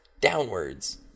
downwards